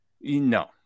No